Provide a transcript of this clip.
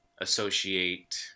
associate